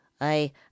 I